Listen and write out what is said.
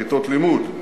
כיתות לימוד.